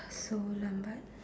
so lambat